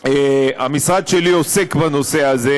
המשרד שלי עוסק בנושא הזה,